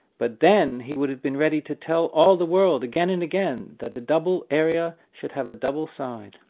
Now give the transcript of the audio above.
but then he would have been ready to tell all the world, again and again, that the double area should have a double side.